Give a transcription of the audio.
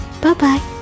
bye-bye